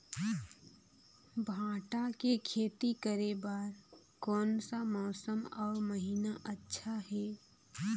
भांटा के खेती करे बार कोन सा मौसम अउ महीना अच्छा हे?